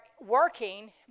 working